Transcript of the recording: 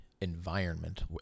environment